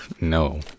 no